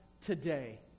today